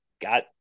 got